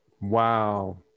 Wow